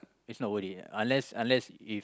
it's not worth it unless unless if